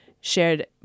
shared